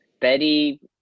Betty